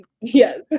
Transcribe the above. Yes